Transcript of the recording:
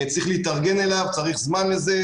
צריך להתארגן לזה וצריך זמן לזה.